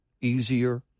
easier